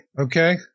okay